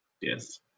Yes